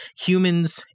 humans